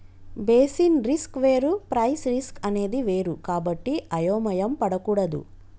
basis risk వేరు price risk అనేది వేరు కాబట్టి అయోమయం పడకూడదు